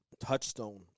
touchstone